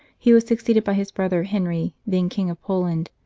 he was succeeded by his brother henry, then king of poland,